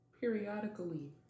periodically